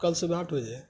کل صبح آٹھ بجے